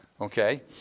Okay